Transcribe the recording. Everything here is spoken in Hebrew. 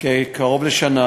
קרוב לשנה,